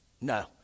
No